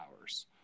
hours